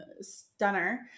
stunner